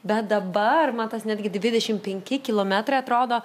bet dabar man tas netgi dvidešimt penki kilometrai atrodo